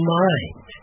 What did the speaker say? mind